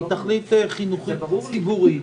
היא תכלית חינוכית ציבורית.